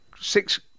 six